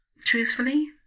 truthfully